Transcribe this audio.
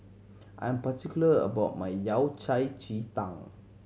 I am particular about my Yao Cai ji tang